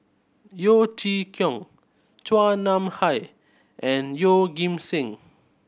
Yeo Chee Kiong Chua Nam Hai and Yeoh Ghim Seng